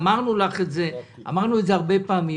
אמרנו לך את זה, אמרנו את זה הרבה פעמים.